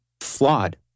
flawed